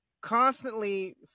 constantly